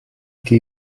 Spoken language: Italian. che